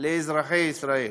לאזרחי ישראל.